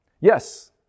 Yes